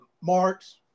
marks